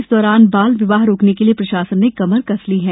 इस दौरान बाल विवाह रोकने के लिए प्रशासन ने कमर कस ली है